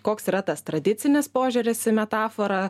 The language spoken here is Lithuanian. koks yra tas tradicinis požiūris į metaforą